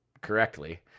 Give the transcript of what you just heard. correctly